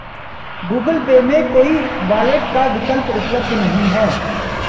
Google pay में कोई wallet का विकल्प उपलब्ध नहीं है